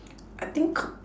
I think